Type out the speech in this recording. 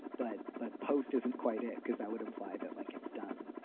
but but post isn't quite it because that would imply that like it's done.